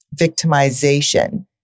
victimization